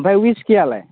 ओमफ्राय उइसकि आलाय